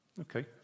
Okay